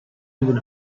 even